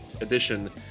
edition